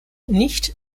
nicht